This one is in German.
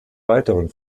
weiteren